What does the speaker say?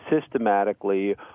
systematically